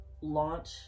launch